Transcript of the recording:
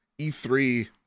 E3